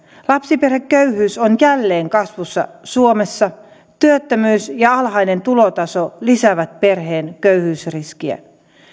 lapsiperheköyhyys on jälleen kasvussa suomessa työttömyys ja alhainen tulotaso lisäävät perheen köyhyysriskiä